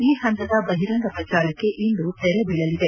ಈ ಹಂತದ ಬಹಿರಂಗ ಪ್ರಚಾರಕ್ಷೆ ಇಂದು ತೆರೆ ಬೀಳಲಿದೆ